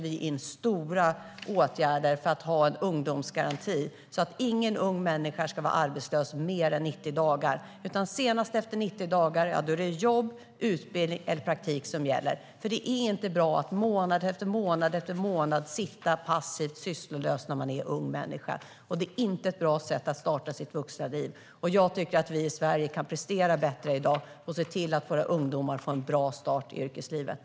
Vi inför därför en ungdomsgaranti så att ingen ung människa ska vara arbetslös mer än 90 dagar. Senast efter 90 dagar är det jobb, utbildning eller praktik som gäller, för det är inte bra att som ung sitta passiv och sysslolös månad efter månad. Det är inte bra sätt att starta sitt vuxenliv. Jag tycker att vi kan prestera bättre i Sverige och se till att våra ungdomar får en bra start i yrkeslivet.